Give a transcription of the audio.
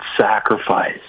sacrifice